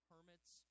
Hermits